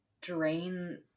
drain